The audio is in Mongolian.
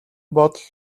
бодол